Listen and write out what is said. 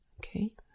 Okay